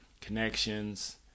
connections